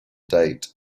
date